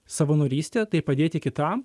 savanorystė tai padėti kitam